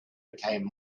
became